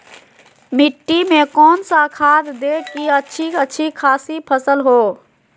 मिट्टी में कौन सा खाद दे की अच्छी अच्छी खासी फसल हो?